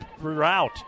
route